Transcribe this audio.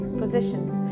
positions